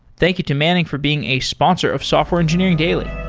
thank you to manning for being a sponsor of software engineering daily